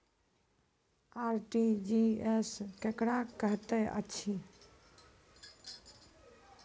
RTGS केकरा कहैत अछि?